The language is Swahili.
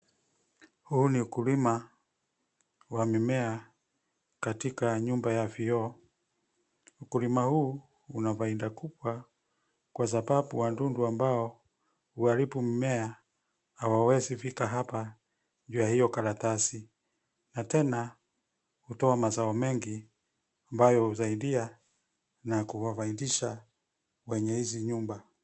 Huu ni ukulima wa mimea katika nyumba ya vioo. Ukulima huu unafaida kubwa kwa sababu wadudu ambao huharibu mimea hawawezi fika hapa juu ya hiyo karatasi , na tena hutoa mazao mengi ambayo husaidia na kuwafaidisha wenye hizi nyumba.